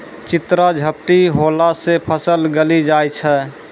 चित्रा झपटी होला से फसल गली जाय छै?